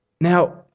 Now